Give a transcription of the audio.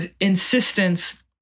insistence